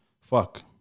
fuck